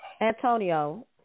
Antonio